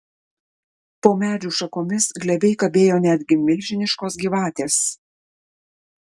po medžių šakomis glebiai kabėjo netgi milžiniškos gyvatės